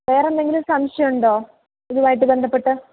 വേറെന്തെങ്കിലും സംശയമുണ്ടോ ഇതുമായിട്ട് ബന്ധപ്പെട്ട്